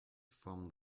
from